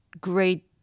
great